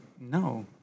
No